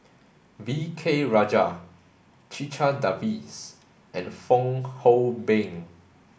V K Rajah Checha Davies and Fong Hoe Beng